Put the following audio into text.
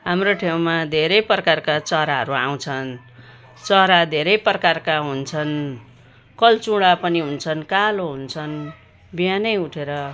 हाम्रो ठाउँमा धेरै प्रकारका चराहरू आउँछन् चरा धेरै प्रकारका हुन्छन् कल्चुडा पनि हुन्छन् कालो हुन्छ्न् बिहानै उठेर